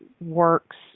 works